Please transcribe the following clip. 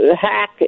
hack